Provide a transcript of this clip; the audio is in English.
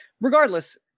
Regardless